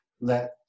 let